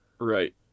Right